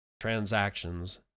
Transactions